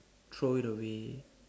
throw it away